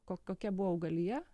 ko kokia buvo augalija